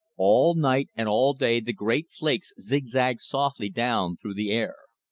all night and all day the great flakes zig-zagged softly down through the air.